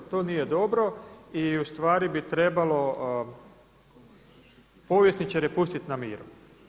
To nije dobro i ustvari bi trebalo povjesničare pustiti na miru.